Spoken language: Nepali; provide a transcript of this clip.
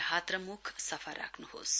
हात र मुख सफा राख्नुहोस